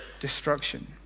Destruction